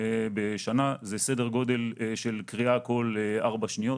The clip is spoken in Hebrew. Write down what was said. זה סדר גודל של קריאה כל ארבע שניות.